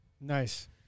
Nice